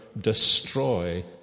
destroy